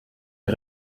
est